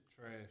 trash